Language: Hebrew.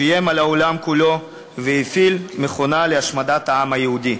שאיים על העולם כולו והפעיל מכונה להשמדת העם היהודי.